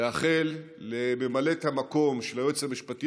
לאחל לממלאת המקום של היועץ המשפטי